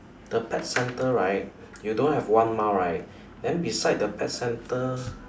the pet center right you don't have one mile right then beside the pet center